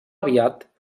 aviat